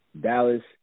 Dallas